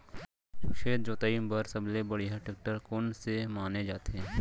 खेत जोताई बर सबले बढ़िया टेकटर कोन से माने जाथे?